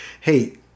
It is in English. hey